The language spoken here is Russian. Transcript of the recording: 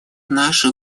наше